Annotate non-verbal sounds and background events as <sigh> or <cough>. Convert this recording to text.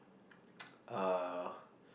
<noise> uh